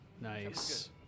Nice